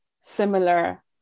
similar